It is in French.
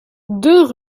deux